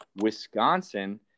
wisconsin